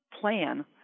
plan